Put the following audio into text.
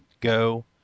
go